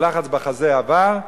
הלחץ בחזה עבר,